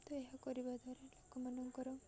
ତ ଏହା କରିବା ଦ୍ୱାରା ଲୋକମାନଙ୍କର